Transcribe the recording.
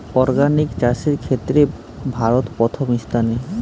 organic চাষের ক্ষেত্রে ভারত প্রথম স্থানে